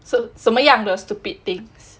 so 什么样的 stupid things